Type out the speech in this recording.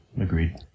Agreed